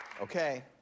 Okay